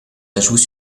ajouts